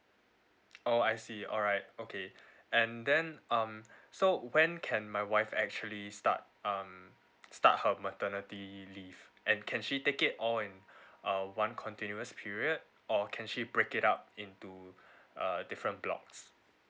oh I see alright okay and then um so when can my wife actually start um start her maternity leave and can she take it all in a one continuous period or can she break it up in to a different blocks